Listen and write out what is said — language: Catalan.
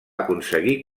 aconseguir